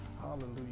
Hallelujah